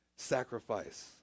sacrifice